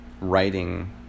writing